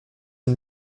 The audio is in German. und